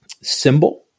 symbol